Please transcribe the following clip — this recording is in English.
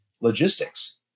logistics